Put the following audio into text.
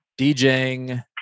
DJing